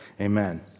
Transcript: Amen